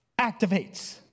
activates